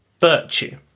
virtue